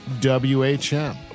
WHM